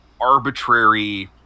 arbitrary